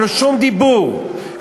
שום דיבור,